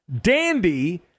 dandy